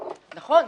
נכון,